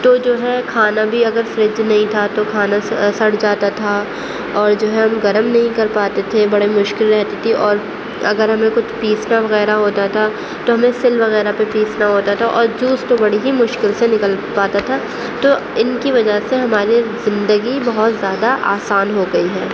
تو جو ہے کھانا بھی اگر فریج نہیں تھا تو کھانا سڑ جاتا تھا اور جو ہے ہم گرم نہیں کر پاتے تھے بڑی مشکل رہتی تھی اور اگر ہمیں کچھ پیسنا وغیرہ ہوتا تھا تو ہمیں سل وغیرہ پہ پیسنا ہوتا تھا اور جوس تو بڑی ہی مشکل سے نکل پاتا تھا تو ان کی وجہ سے ہماری زندگی بہت زیادہ آسان ہو گئی ہے